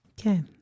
Okay